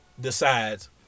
decides